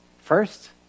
First